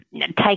take